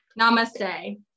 Namaste